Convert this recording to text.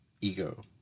ego